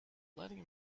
letting